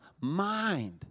mind